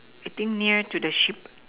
I think near to the sheep